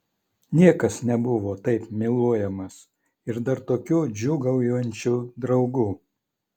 niekas nebuvo taip myluojamas ir dar tokių džiūgaujančių draugų